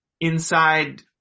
inside